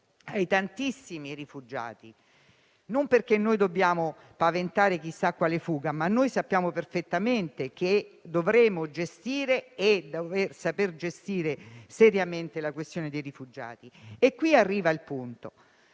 ai tantissimi rifugiati. Ciò non perché dobbiamo paventare chissà quale fuga, ma sappiamo perfettamente che dovremo saper gestire seriamente la questione dei rifugiati e qui arrivo al punto.